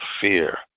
fear